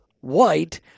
White